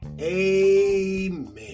Amen